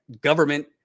government